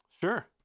Sure